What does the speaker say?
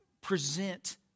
present